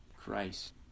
Christ